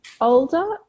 older